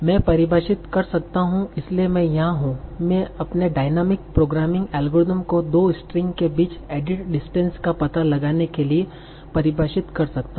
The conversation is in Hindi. मैं परिभाषित कर सकता हूं इसलिए मैं यहाँ हूँ मैं अपने डायनामिक प्रोग्रामिंग एल्गोरिथ्म को दो स्ट्रिंग के बीच एडिट डिस्टेंस का पता लगाने के लिए परिभाषित कर सकता हूँ